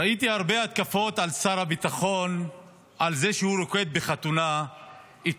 ראיתי הרבה התקפות על שר הביטחון על זה שהוא רוקד בחתונה אתמול,